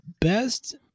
best